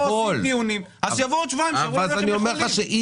אלכס, שבקטע הזה פישלת.